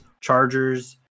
Chargers